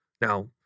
Now